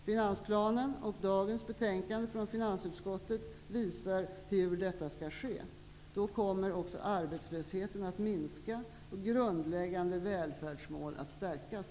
Finansplanen och dagens betänkande från finansutskottet visar hur detta skall ske. Då kommer också arbetslösheten att minska och grundläggande välfärdsmål att stärkas.